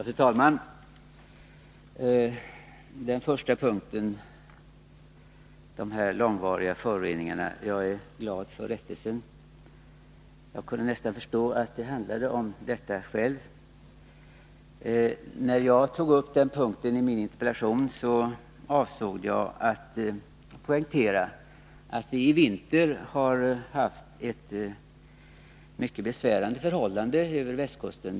Fru talman! Beträffande den första punkten i jordbruksministerns senaste inlägg — om de ”långvariga” föroreningarna — är jag glad för rättelsen. Jag kunde nästan själv förstå vad det handlade om. När jag tog upp den saken i min interpellation avsåg jag att poängtera att det i vinter har rått mycket besvärande förhållanden på västkusten.